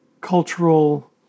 cultural